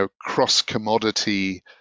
cross-commodity